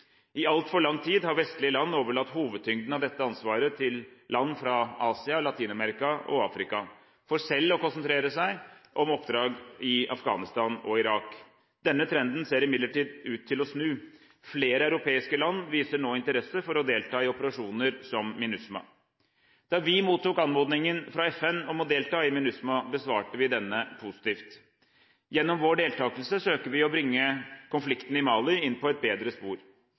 I altfor lang tid har vestlige land overlatt hovedtyngden av dette ansvaret til land fra Asia, Latin-Amerika og Afrika, for selv å konsentrere seg om oppdrag i Afghanistan og Irak. Denne trenden ser imidlertid ut til å snu. Flere europeiske land viser nå interesse for å delta i operasjoner som MINUSMA. Da vi mottok anmodningen fra FN om å delta i MINUSMA, besvarte vi denne positivt. Gjennom vår deltakelse søker vi å bringe konflikten i Mali inn på et bedre spor.